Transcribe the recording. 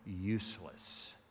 useless